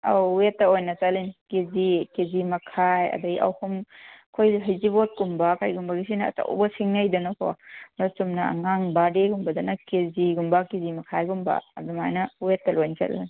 ꯑꯧ ꯋꯦꯠꯇ ꯑꯣꯏꯅ ꯆꯠꯂꯤ ꯀꯦ ꯖꯤ ꯀꯦ ꯖꯤ ꯃꯈꯥꯏ ꯑꯗꯒꯤ ꯑꯍꯨꯝ ꯑꯩꯈꯣꯏ ꯍꯩꯖꯤꯡꯄꯣꯠꯀꯨꯝꯕ ꯀꯩꯒꯨꯝꯕꯒꯤꯁꯤꯅ ꯑꯆꯧꯕ ꯁꯤꯡꯅꯩꯗꯅꯀꯣ ꯆꯨꯝꯅ ꯑꯉꯥꯡ ꯕꯥꯔꯠꯗꯦꯒꯨꯝꯕꯗꯅ ꯀꯦ ꯖꯤꯒꯨꯝꯕ ꯀꯦ ꯖꯤ ꯃꯈꯥꯏꯒꯨꯝꯕ ꯑꯗꯨꯃꯥꯏꯅ ꯋꯦꯠꯇ ꯂꯣꯏ ꯆꯠꯂꯦ